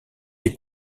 est